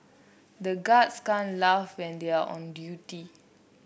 the guards can't laugh when they are on duty